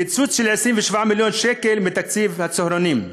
קיצוץ של 27 מיליון שקלים בתקציב הצהרונים,